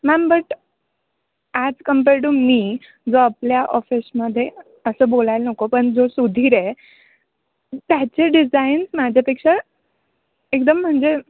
ma'am but as compare to me जो आपल्या ऑफिसमध्ये असं बोलायला नको पण जो सुधीर आहे त्याचे डिझाईन माझ्यापेक्षा एकदम म्हणजे